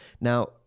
Now